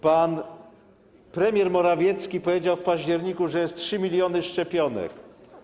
Pan premier Morawiecki powiedział w październiku, że mamy 3 mln szczepionek.